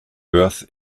earth